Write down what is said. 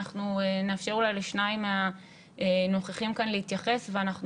אנחנו נאפשר אולי לשניים מהנוכחים כאן ואנחנו